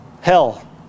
Hell